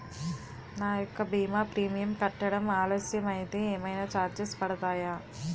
నా యెక్క భీమా ప్రీమియం కట్టడం ఆలస్యం అయితే ఏమైనా చార్జెస్ పడతాయా?